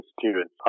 students